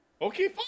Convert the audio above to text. Okay